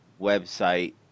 website